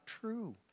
true